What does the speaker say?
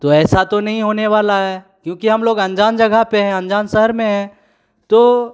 तो ऐसा तो नहीं होने वाला है क्योंकि हम लोग अनजान जगह पर हैं अनजान शहर में हैं तो